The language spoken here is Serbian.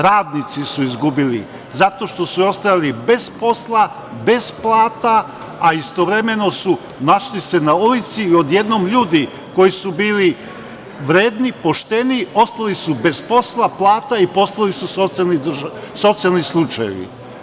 Radnici su izgubili zato što su ostajali bez posla, bez plata, a istovremeno su se našli na ulici i odjednom ljudi koji su bili vredni, pošteni ostali su bez posla, plata i postali su socijalni slučajevi.